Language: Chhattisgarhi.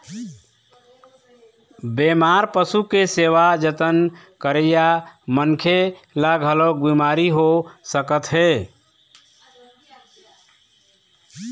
बेमार पशु के सेवा जतन करइया मनखे ल घलोक बिमारी हो सकत हे